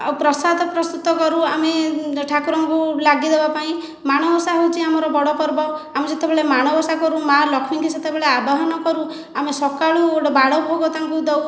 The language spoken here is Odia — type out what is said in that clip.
ଆଉ ପ୍ରସାଦ ପ୍ରସ୍ତୁତ କରୁ ଆମେ ଠାକୁରଙ୍କୁ ଲାଗି ଦେବାପାଇଁ ମାଣବସା ହେଉଛି ଆମର ବଡ଼ ପର୍ବ ଆମେ ଯେତେବେଳେ ମାଣବସା କରୁ ମା' ଲକ୍ଷ୍ମୀଙ୍କୁ ସେତେବେଳେ ଆବାହନ କରୁ ଆମେ ସକାଳୁ ଗୋଟିଏ ବାଳଭୋଗ ତାଙ୍କୁ ଦେଉ